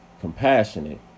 Compassionate